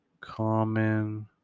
common